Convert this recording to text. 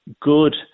good